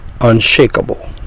unshakable